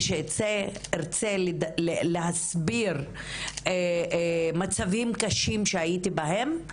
כשארצה להסביר מצבים קשים שהייתי בהם,